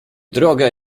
drogę